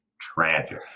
tragic